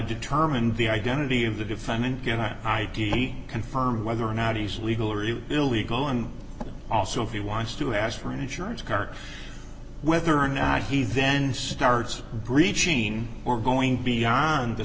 determine the identity of the defendant get i d d confirm whether or not he's legal or illegal on also if he wants to ask for an insurance card whether or not he then starts breaching or going beyond the